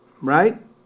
right